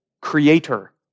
creator